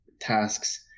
tasks